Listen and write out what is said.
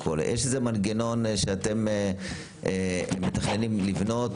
יש איזה מנגנון שאתם מתכננים לבנות,